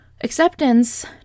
Acceptance